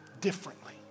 differently